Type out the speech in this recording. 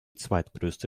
zweitgrößte